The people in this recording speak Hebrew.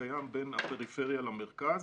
הקיים בין הפריפריה למרכז.